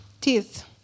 teeth